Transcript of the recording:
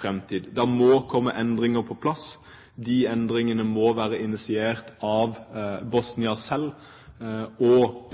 framtid. Det må komme endringer på plass. De endringene må være initiert av Bosnia selv, og